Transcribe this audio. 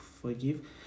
forgive